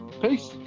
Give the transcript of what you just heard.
Peace